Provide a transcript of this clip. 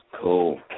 Cool